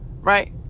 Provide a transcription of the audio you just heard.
Right